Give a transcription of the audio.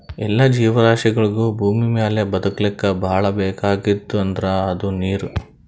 ಎಲ್ಲಾ ಜೀವರಾಶಿಗಳಿಗ್ ಭೂಮಿಮ್ಯಾಲ್ ಬದಕ್ಲಕ್ ಭಾಳ್ ಬೇಕಾಗಿದ್ದ್ ಅಂದ್ರ ಅದು ನೀರ್